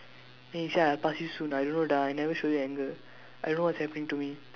then he said I pass you soon I don't know ah I never showing anger I don't know what's happening to me